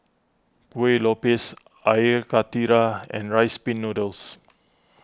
Kuih Lopes Air Karthira and Rice Pin Noodles